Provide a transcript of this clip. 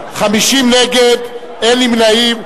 נגד, 50, ואין נמנעים.